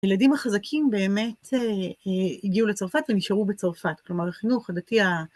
ילדים החזקים באמת הגיעו לצרפת ונשארו בצרפת כלומר החינוך הדתי